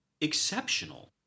exceptional